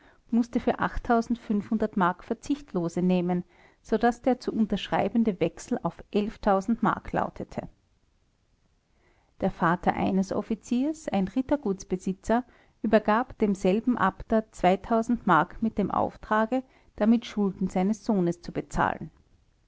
mußte für mark verzichtlose nehmen so daß der zu unterschreibende wechsel auf mark lautete der vater eines offiziers ein rittergutsbesitzer übergab diesem selben abter mark mit dem auftrage damit schulden seines sohnes zu bezahlen